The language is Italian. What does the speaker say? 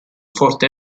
forte